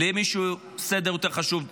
למי שהסדר יותר חשוב לו,